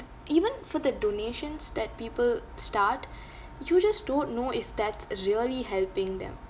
even for the donations that people start you just don't know if that's really helping them